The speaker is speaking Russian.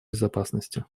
безопасности